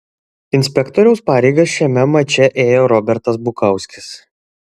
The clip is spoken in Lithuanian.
inspektoriaus pareigas šiame mače ėjo robertas bukauskis